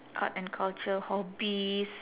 art and culture hobbies